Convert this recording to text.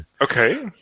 Okay